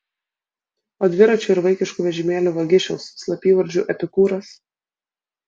o dviračių ir vaikiškų vežimėlių vagišiaus slapyvardžiu epikūras